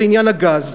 זה עניין הגז.